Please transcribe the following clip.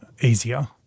easier